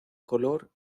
color